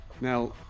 now